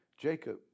Jacob